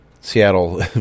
Seattle